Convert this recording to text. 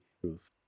truth